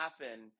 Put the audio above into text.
happen